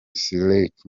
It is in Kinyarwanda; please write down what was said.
sirleaf